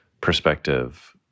perspective